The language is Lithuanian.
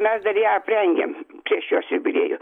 mes dar ją aprengėm prieš jos jubiliejų